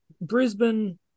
Brisbane